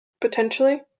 Potentially